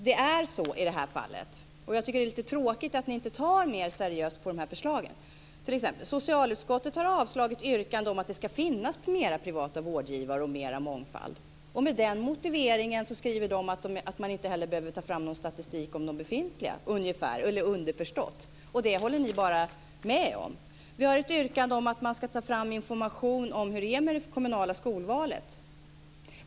Det är lite tråkigt att ni inte ser mer seriöst på förslagen. T.ex. har socialutskottet avstyrkt yrkanden om att det ska finnas fler privata vårdgivare och mer mångfald. Vidare skriver utskottet att det - underförstått - inte behöver tas fram statistik om befintliga vårdgivare. Det håller ni med om. Det finns ett yrkande om att ta fram information om hur det är med det kommunala skolvalet.